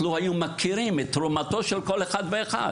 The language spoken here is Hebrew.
לו היו מכירים את תרומתו של כל אחד ואחד,